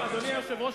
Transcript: אדוני היושב-ראש,